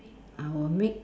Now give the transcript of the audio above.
I will make